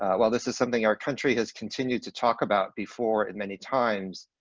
well, this is something our country has continued to talk about before in many times.